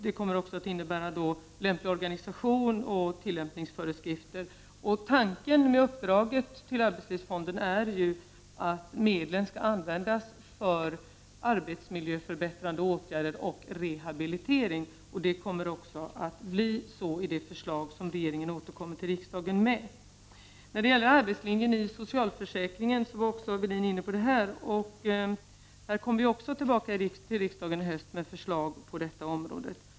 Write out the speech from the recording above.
Det kommer att innebära lämplig organisation och tillämpningsföreskrifter. Tanken med uppdraget till arbetslivsfonden är att medlen skall användas för arbetsmiljöförbättrande åtgärder och rehabilitering. Detta kommer också att föreslås när regeringen återkommer till riksdagen med sitt förslag. Kjell-Arne Welin var också inne på arbetslinjen i socialförsäkringen. Även här återkommer vi till riksdagen i höst med förslag.